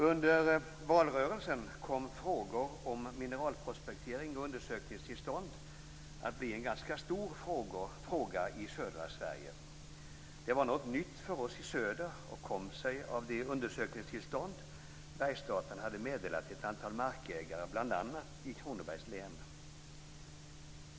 Under valrörelsen kom frågor om mineralprospektering och undersökningstillstånd att bli en ganska stor fråga i södra Sverige. Det var något nytt för oss i söder och kom sig av de undersökningstillstånd Kronobergs län.